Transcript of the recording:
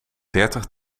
dertig